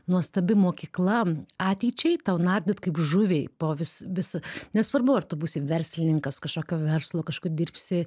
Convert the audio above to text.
nuostabi mokykla ateičiai tau nardyt kaip žuviai po vis visą nesvarbu ar tu būsi verslininkas kažkokio verslo kažkur dirbsi